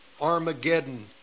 Armageddon